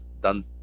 done